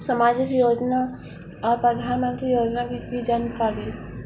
समाजिक योजना और प्रधानमंत्री योजना की जानकारी?